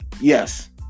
Yes